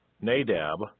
Nadab